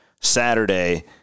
Saturday